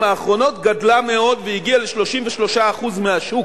האחרונות גדלה מאוד והגיעה ל-33% מהשוק.